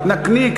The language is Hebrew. נקניק,